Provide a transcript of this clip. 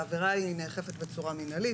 העבירה נאכפת בצורה מינהלית,